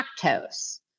lactose